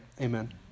Amen